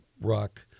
rock